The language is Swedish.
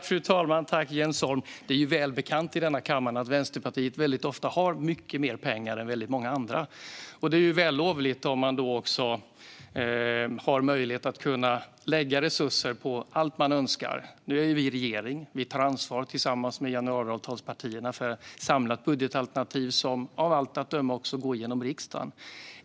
Fru talman! Det är välbekant i denna kammare att Vänsterpartiet ofta har mycket mer pengar än många andra. Det är ju vällovligt om man då har möjlighet att lägga resurser på allt man önskar. Nu är vi i regeringsställning. Vi tar ansvar tillsammans med januariavtalspartierna för ett samlat budgetalternativ som av allt att döma går igenom i riksdagen.